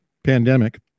Pandemic